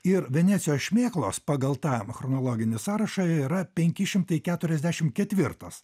ir venecijos šmėklos pagal tą chronologinį sąrašą yra penki šimtai keturiasdešim ketvirtos